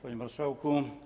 Panie Marszałku!